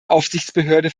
aufsichtsbehörde